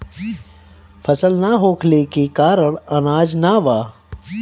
फसल ना होखले के कारण अनाज ना बा